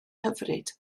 hyfryd